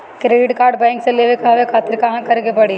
Credit card bank से लेवे कहवा खातिर का करे के पड़ी?